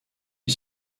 est